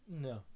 No